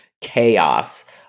chaos